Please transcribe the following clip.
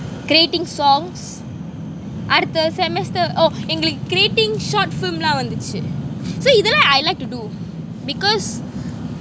creating songs அடுத்த:aduththa semester oh எங்களுக்கு:engalukku creating short film எல்லாம் வந்துச்சு:ellam vanthuchu so either way I like to do because